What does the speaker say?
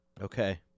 Okay